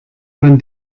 man